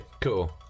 Cool